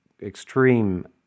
extreme